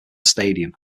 stadium